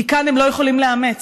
כי כאן הם לא יכולים לאמץ.